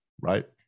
right